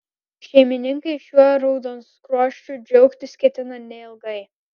šeimininkai šiuo raudonskruosčiu džiaugtis ketina neilgai